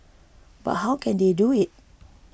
but how can they do it